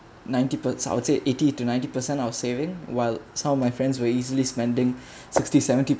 ninety per~ I'll say eighty to ninety percent of saving while some of my friends were easily spending sixty seventy